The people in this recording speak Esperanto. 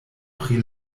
pri